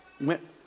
went